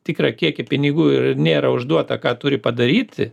tikrą kiekį pinigų ir nėra užduota ką turi padaryti